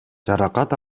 жаракат